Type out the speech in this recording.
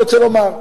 אני רוצה לומר,